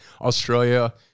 Australia